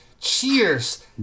Cheers